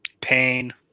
Pain